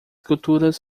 culturas